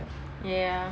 ya